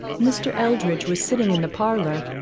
mr. eldridge was sitting in the parlour,